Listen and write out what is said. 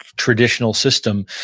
traditional system,